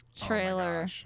trailer